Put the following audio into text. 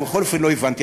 ובכל אופן לא הבנתי.